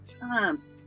times